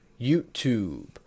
YouTube